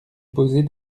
poser